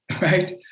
right